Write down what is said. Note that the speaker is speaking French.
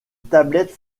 tablette